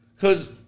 Cause